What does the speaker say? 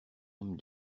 homme